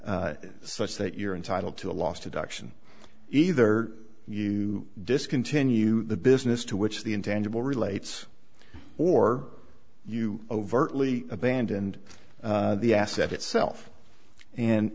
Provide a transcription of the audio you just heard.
such that you're entitled to a loss to doctrine either you discontinue the business to which the intangible relates or you overtly abandoned the asset itself and